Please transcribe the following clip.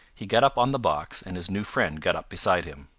he got up on the box, and his new friend got up beside him.